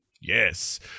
Yes